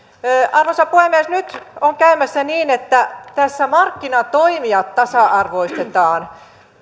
arvoisa puhemies nyt on käymässä niin että markkinatoimijat tasa arvoistetaan